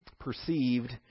perceived